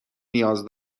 نیاز